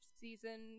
season